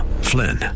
Flynn